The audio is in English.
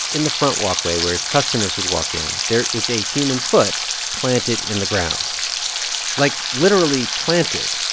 in the front walkway, where his customers would walk in, there is a human foot planted in the ground like, literally planted.